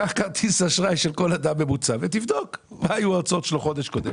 קח כרטיס אשראי של כל אדם ממוצע ותבדוק מה היו ההוצאות שלו חודש קודם,